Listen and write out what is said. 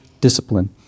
discipline